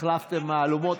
החלפתם מהלומות,